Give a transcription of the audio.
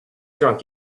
drunk